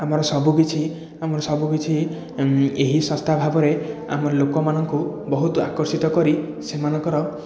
ଆମର ସବୁକିଛି ଆମର ସବୁକିଛି ଏହି ସଂସ୍ଥା ଭାବରେ ଆମ ଲୋକମାନଙ୍କୁ ବହୁତ ଆକର୍ଷିତ କରି ସେମାନଙ୍କର